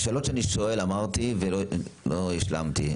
השאלות שאני שואל, אמרתי ולא השלמתי.